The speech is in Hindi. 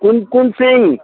कुनकुन सिंह